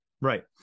Right